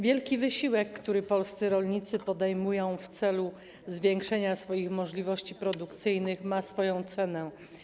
Wielki wysiłek, który polscy rolnicy podejmują w celu zwiększenia swoich możliwości produkcyjnych, ma swoją cenę.